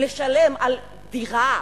לשלם על דירה,